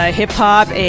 hip-hop